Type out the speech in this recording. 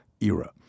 era